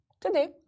Today